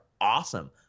awesome